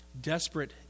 Desperate